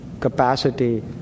capacity